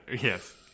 Yes